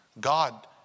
God